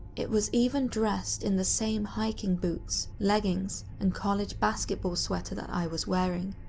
it was even dressed in the same hiking boots, leggings and college basketball sweater that i was wearing.